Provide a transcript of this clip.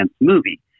movie